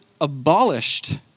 abolished